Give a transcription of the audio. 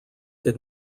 did